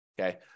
okay